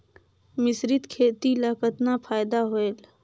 मिश्रीत खेती ल कतना फायदा होयल?